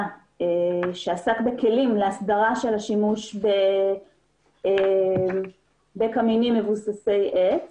שעסק בכלים להסדרת השימוש בקמינים מבוססי עץ